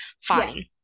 Fine